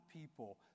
people